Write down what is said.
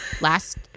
Last